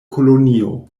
kolonio